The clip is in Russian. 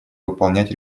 выполнять